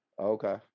Okay